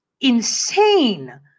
insane